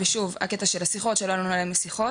ושוב, גם אז לא ענו להם לשיחות,